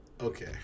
okay